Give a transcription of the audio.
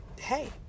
hey